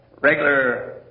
regular